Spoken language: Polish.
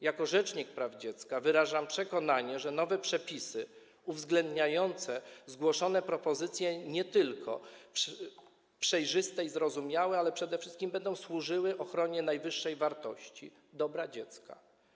Jako rzecznik praw dziecka wyrażam przekonanie, że nowe przepisy uwzględniające zgłoszone propozycje będą nie tylko przejrzyste i zrozumiałe, ale przede wszystkim będą służyły ochronie najwyższej wartości - dobra dziecka.